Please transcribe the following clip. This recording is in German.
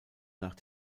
nach